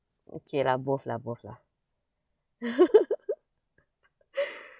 okay lah both lah both lah